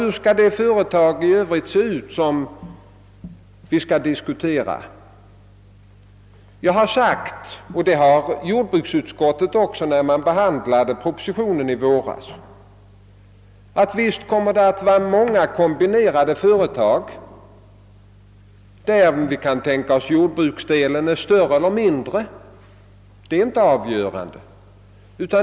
Hur skall det företag i övrigt se ut som vi skall diskutera? Jag har sagt — och det har jordbruksutskottet också när det i våras behandlade propositionen — att det kommer att finnas många kombinerade företag, i fråga om vilka det kan tänkas att jordbruksdelen är större eller mindre. Det är inte det avgörande.